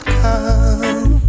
come